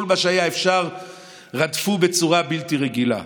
כל מה שהיה אפשר רדפו בצורה בלתי רגילה.